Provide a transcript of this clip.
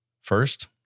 First